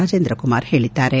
ರಾಜೇಂದ್ರ ಕುಮಾರ್ ಹೇಳಿದ್ದಾರೆ